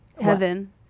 Heaven